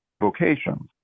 vocations